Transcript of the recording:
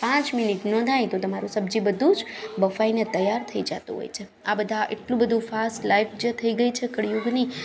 પાંચ મિનિટ ન થાય તો તમારું સબ્જી બધુ જ બફાઈને તૈયાર થઈ જાતું હોય છે આ બધા એટલું બધુ ફાસ લાઈફ જે થઈ ગઈ છે કળયુગની